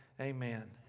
Amen